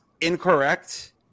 incorrect